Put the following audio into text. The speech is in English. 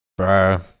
Bruh